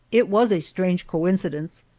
it was a strange coincidence,